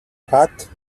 hat